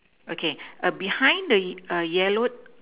okay err behind the y~ err yellowed